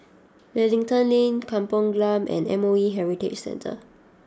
Wellington Link Kampung Glam and MOE Heritage Centre